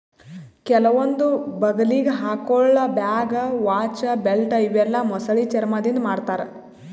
ಕೆಲವೊಂದ್ ಬಗಲಿಗ್ ಹಾಕೊಳ್ಳ ಬ್ಯಾಗ್, ವಾಚ್, ಬೆಲ್ಟ್ ಇವೆಲ್ಲಾ ಮೊಸಳಿ ಚರ್ಮಾದಿಂದ್ ಮಾಡ್ತಾರಾ